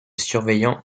surveillant